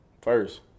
first